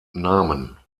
namen